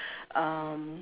um